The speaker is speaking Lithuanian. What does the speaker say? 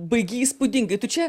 baigi įspūdingai tu čia